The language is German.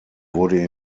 wurde